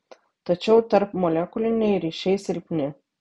tačiau tarpmolekuliniai ryšiai silpni